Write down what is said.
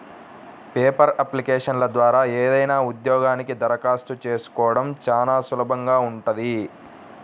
paper అప్లికేషన్ల ద్వారా ఏదైనా ఉద్యోగానికి దరఖాస్తు చేసుకోడం చానా సులభంగా ఉంటది